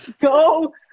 go